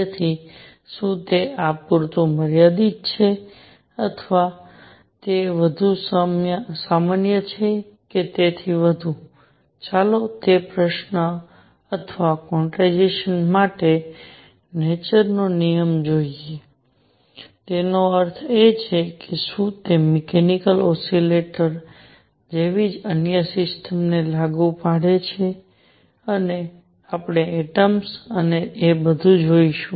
તેથી શું તે આ પૂરતું મર્યાદિત છે અથવા તે વધુ સામાન્ય છે કે તેથી વધુ ચાલો આપણે તે પ્રશ્ન અથવા ક્વોન્ટાઇઝેશન માટે નેચર નો નિયમજોઈએ અને તેનો અર્થ એ છે કે શું તે મેકેનિકલ ઓસિલેટર્સ જેવી અન્ય સિસ્ટમ ને લાગુ પડે છે અને આપણે એટમ્સ અને તે બધું જોઈશું